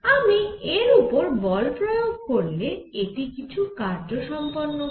আমি এর উপর বল প্রয়োগ করলে এটি কিছু কার্য সম্পন্ন করে